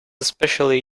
especially